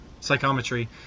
psychometry